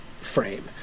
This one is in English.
frame